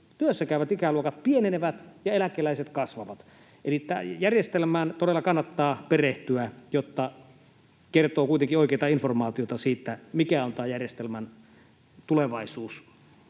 työssäkäyvien ikäluokat pienenevät ja eläkeläisten kasvavat. Eli järjestelmään todella kannattaa perehtyä, jotta pystyy kuitenkin kertomaan oikeata informaatiota siitä, mikä on tämän järjestelmän tulevaisuus.